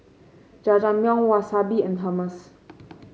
Jajangmyeon Wasabi and Hummus